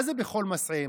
מה זה בכל מסעיהם?